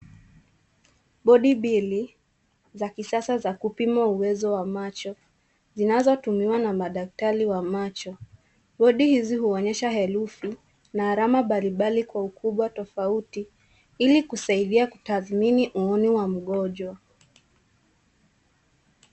Bodi mbili za kisasa za kupima uwezo wa macho zinazotumiwa na madaktari wa macho. Bodi hizi huonyesha herufi na alama mbalimbali kwa ukubwa tofauti ili kusaidia kutathmini uni wa mgonjwa.